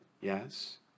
Yes